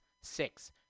Six